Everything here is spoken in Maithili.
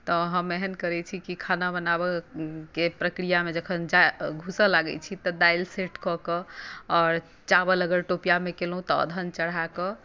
तऽ हम एहन करै छी कि खाना बनाबैके प्रक्रिआमे जखन जाइ घुसऽ लागै छी तऽ दालि सेट कऽ कऽ आओर चावल अगर टोपिआमे केलहुँ तऽ औधन चढ़ाकऽ